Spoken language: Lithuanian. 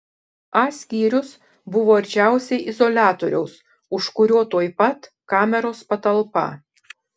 a skyrius buvo arčiausiai izoliatoriaus už kurio tuoj pat kameros patalpa